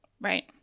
Right